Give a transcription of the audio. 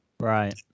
Right